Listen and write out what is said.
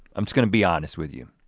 i'm just gonna be honest with you.